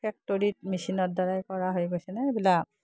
ফেক্টৰীত মেচিনৰ দ্বাৰাই কৰা হৈ গৈছেনে এইবিলাক